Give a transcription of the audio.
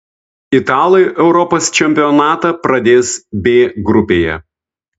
italai europos čempionatą pradės b grupėje